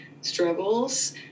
struggles